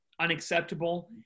unacceptable